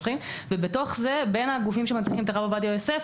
ובתוך זה בין הגופים שמנציחים את הרב עובדיה יוסף,